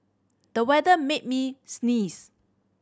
the weather made me sneeze